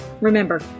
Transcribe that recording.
Remember